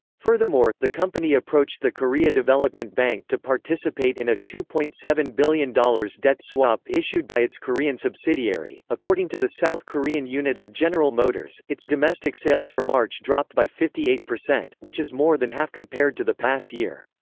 furthermore, the company approached the korea development bank to participate in a two point seven billion dollars debt swap issued by its korean subsidiary according to the south korean unit of general motors, its domestic sales for march dropped by fifty eight percent, which is more than half compared to the past year.